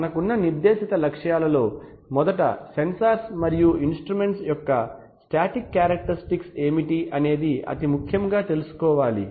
మనకున్న నిర్దేశిత లక్ష్యాలలో మొదట సెన్సార్ మరియు ఇన్స్ట్రుమెంట్స్ యొక్క స్టాటిక్ క్యారెక్టర్ స్టిక్స్ ఏమిటి అనేది అతి ముఖ్యంగా తెలుసుకోవాలి